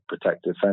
protective